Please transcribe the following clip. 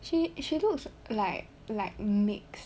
she she looks like like mix